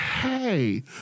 Hey